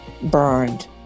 burned